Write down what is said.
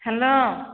hello